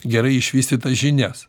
gerai išvystytas žinias